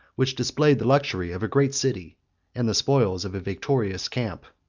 which displayed the luxury of a great city and the spoils of a victorious camp.